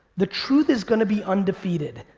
the truth is gonna be undefeated.